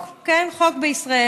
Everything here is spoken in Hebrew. כן, חוק בישראל.